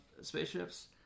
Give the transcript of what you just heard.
spaceships